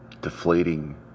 deflating